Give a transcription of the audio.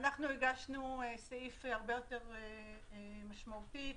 הגשנו סעיף הרבה יותר משמעותי,